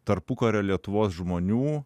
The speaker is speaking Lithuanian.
tarpukario lietuvos žmonių